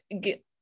get